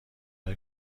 های